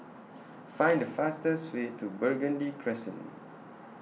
Find The fastest Way to Burgundy Crescent